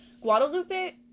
Guadalupe